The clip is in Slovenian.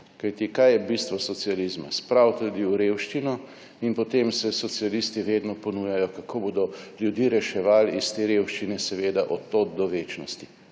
Kajti, kaj je bistvo socializma? Spraviti ljudi v revščino in potem se socialisti vedno ponujajo kako bodo ljudi reševali iz te revščine, seveda od tod do večnosti.